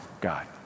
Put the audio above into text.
God